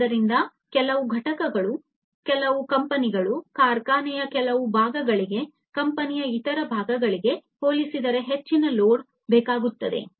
ಆದ್ದರಿಂದ ಕೆಲವು ಘಟಕಗಳು ಕೆಲವು ಕಂಪನಿಗಳು ಕಾರ್ಖಾನೆಯ ಕೆಲವು ಭಾಗಗಳಿಗೆ ಕಂಪನಿಯ ಇತರ ಭಾಗಗಳಿಗೆ ಹೋಲಿಸಿದರೆ ಹೆಚ್ಚಿನ ಲೋಡ್ ಬೇಕಾಗುತ್ತದೆ